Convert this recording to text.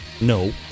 No